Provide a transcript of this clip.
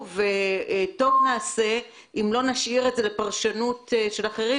טוב נעשה אם לא נשאיר את זה לפרשנות של אחרים,